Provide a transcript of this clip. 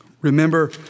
Remember